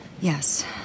yes